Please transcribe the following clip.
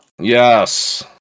Yes